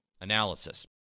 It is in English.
analysis